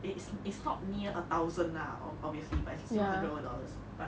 it is it's not near a thousand lah ob~ obviously but it's still hundred over dollars but